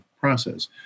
process